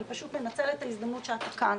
אני פשוט מנצלת את ההזדמנות שאתה כאן,